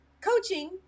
coaching